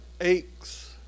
aches